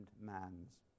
man's